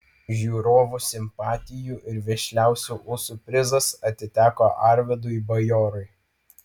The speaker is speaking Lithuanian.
žiūrovų simpatijų ir vešliausių ūsų prizas atiteko arvydui bajorui